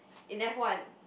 in f-one